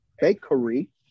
Bakery